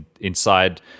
inside